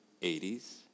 80s